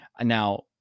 now